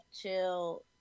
chill